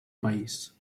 país